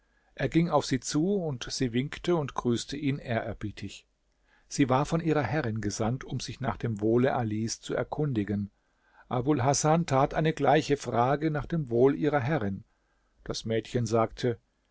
er ging auf sie zu und sie winkte und grüßte ihn ehrerbietig sie war von ihrer herrin gesandt um sich nach dem wohle alis zu erkundigen abul hasan tat eine gleiche frage nach dem wohl ihrer herrin das mädchen sagte